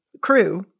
crew